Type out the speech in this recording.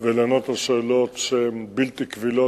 ולענות על שאלות שהן בלתי קבילות,